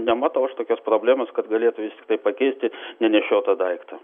nematau aš tokios problemos kad galėtų visiškai pakeisti nenešiotą daiktą